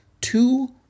two